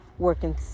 working